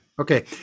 Okay